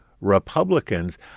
Republicans